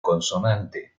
consonante